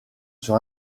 sur